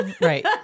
Right